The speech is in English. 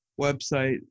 website